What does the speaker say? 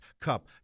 Cup